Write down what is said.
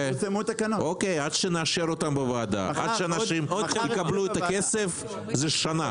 עד שנאשר אותן בוועדה ועד שתקבלו את הכסף זה שנה.